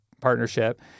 partnership